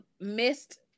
missed